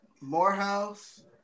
Morehouse